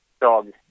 Dog